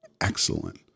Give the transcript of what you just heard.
excellent